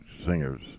singers